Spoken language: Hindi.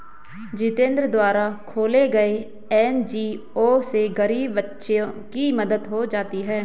जितेंद्र द्वारा खोले गये एन.जी.ओ से गरीब बच्चों की मदद हो जाती है